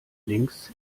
links